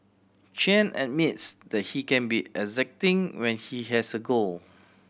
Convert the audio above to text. Chen admits that he can be exacting when he has a goal